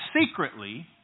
secretly